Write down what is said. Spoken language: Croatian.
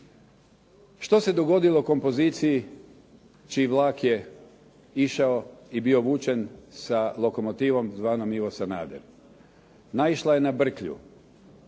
Što se dogodilo kompoziciji čiji vlak je išao i bio vučen sa lokomotivom zvanom Ivo Sanader. Naišla je na brklju.